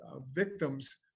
victims